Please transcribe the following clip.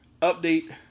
Update